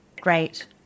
Great